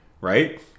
right